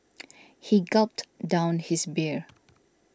he gulped down his beer